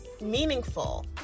meaningful